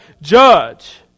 judge